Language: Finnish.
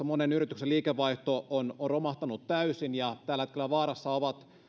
monen yrityksen liikevaihto on romahtanut täysin tällä hetkellä vaarassa ovat